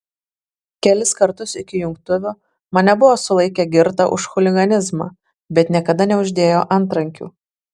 kelis kartus iki jungtuvių mane buvo sulaikę girtą už chuliganizmą bet niekada neuždėjo antrankių